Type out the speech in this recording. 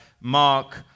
mark